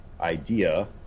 idea